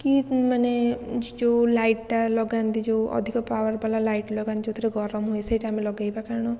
କି ମାନେ ଯେଉଁ ଲାଇଟଟା ଲଗାନ୍ତି ଯେଉଁ ଅଧିକ ପାୱାର ବାଲା ଲାଇଟ ଲଗାନ୍ତି ଯେଉଁଥିରେ ଗରମ ହୁଏ ସେଇଟା ଆମେ ଲଗେଇବା କାରଣ